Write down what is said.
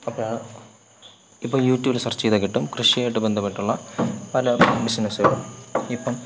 അപ്പോഴാണ് ഇപ്പോള് യൂ ട്യൂബിൽ സെർച്ചേയ്താല് കിട്ടും കൃഷിയുമായിട്ട് ബന്ധപ്പെട്ടുള്ള പല ബിസിനസുകളും ഇപ്പോള്